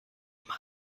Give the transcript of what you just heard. immer